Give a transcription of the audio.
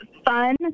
fun